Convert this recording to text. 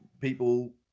people